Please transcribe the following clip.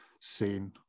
seen